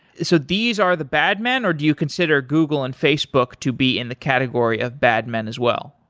so these are the bad men or do you consider google and facebook to be in the category of bad men as well?